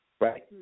right